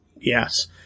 Yes